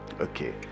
Okay